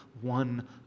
one